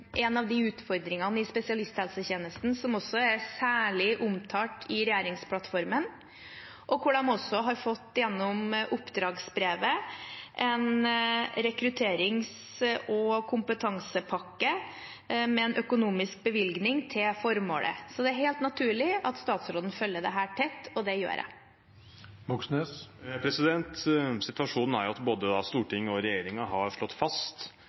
særlig omtalt i regjeringsplattformen, hvor de også gjennom oppdragsbrevet har fått en rekrutterings- og kompetansepakke med en økonomisk bevilgning til formålet. Så det er helt naturlig at statsråden følger dette tett, og det gjør jeg. Situasjonen er at både Stortinget og regjeringen har slått fast